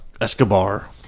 Escobar